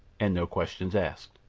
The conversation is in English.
and no questions asked.